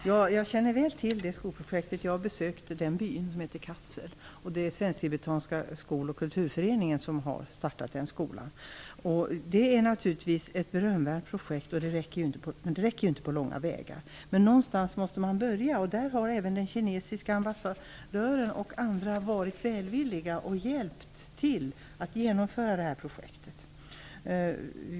Herr talman! Jag känner väl till det skolprojektet, och jag har besökt den byn där det ligger. Det är Svensk-tibetanska skol och kulturföreningen som har startat den skolan. Det är naturligtvis ett berömvärt projekt, men det räcker ju inte på långa vägar. Någonstans måste man emellertid börja. Även den kinesiske ambassadören och andra har varit välvilliga och hjälpt till att genomföra detta projekt.